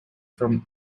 from